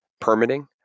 permitting